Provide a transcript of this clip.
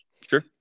Sure